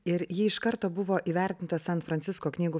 ir ji iš karto buvo įvertinta san francisko knygų